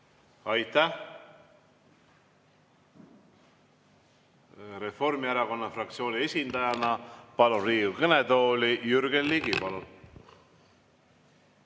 Aitäh! Reformierakonna fraktsiooni esindajana palun Riigikogu kõnetooli Jürgen Ligi. Palun!